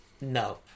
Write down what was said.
No